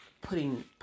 putting